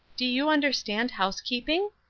do you understand housekeeping?